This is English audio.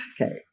Okay